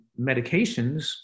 medications